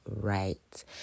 right